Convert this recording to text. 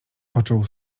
poczuł